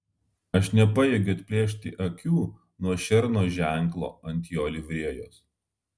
aš nepajėgiu atplėšti akių nuo šerno ženklo ant jo livrėjos